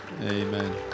Amen